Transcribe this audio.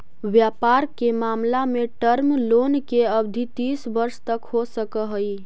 व्यापार के मामला में टर्म लोन के अवधि तीस वर्ष तक हो सकऽ हई